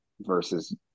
versus